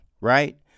right